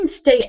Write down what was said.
stay